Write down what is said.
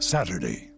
Saturday